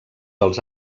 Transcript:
els